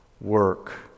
Work